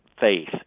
faith